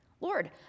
Lord